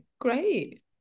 great